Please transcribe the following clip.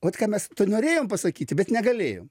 vot ką mes norėjom pasakyti bet negalėjom